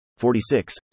46